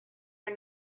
are